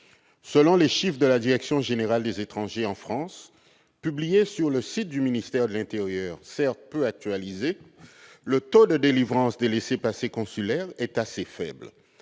Selon les chiffres de la direction générale des étrangers en France publiés sur le site du ministère de l'intérieur, lesquels sont, il est vrai, peu actualisés, le taux de délivrance des laissez-passer consulaires est assez faible.